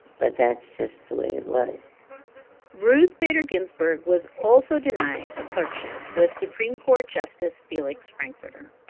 but that's just the way it was ruth bader ginsburg was also denied a clerkship with supreme court justice felix frankfurter.